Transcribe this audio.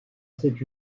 cette